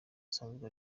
usanzwe